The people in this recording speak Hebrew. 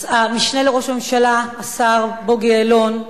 המשנה לראש הממשלה השר בוגי יעלון,